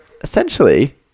essentially